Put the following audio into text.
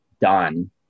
done